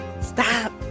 Stop